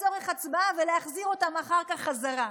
לצורך הצבעה ולהחזיר אותם אחר כך חזרה.